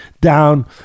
down